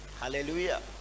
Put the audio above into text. Hallelujah